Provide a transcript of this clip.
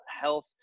health